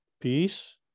peace